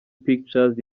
pictures